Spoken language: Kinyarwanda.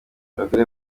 abagore